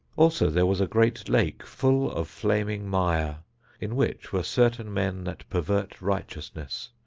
also there was a great lake full of flaming mire in which were certain men that pervert righteousness,